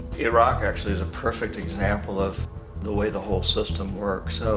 iraq actually, is a perfect example of the way the whole system works. so,